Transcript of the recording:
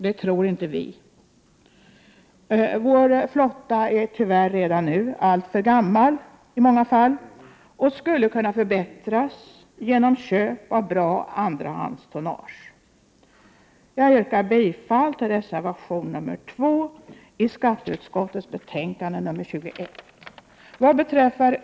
Det tror inte vi. Vår flotta är tyvärr redan nu i många fall alltför gammal och skulle kunna förbättras genom köp av bra andrahandstonnage. Jag yrkar bifall till reservation nr 2 i skatteutskottets betänkande nr 21.